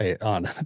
on